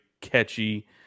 catchy